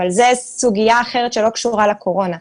אבל זאת סוגיה אחרת שלא קשורה לקורונה.